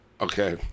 Okay